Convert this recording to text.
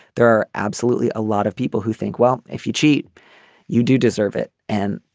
there are absolutely a lot of people who think well if you cheat you do deserve it. and